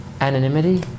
anonymity